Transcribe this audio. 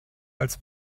als